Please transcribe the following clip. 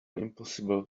impossible